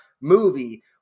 movie